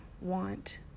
want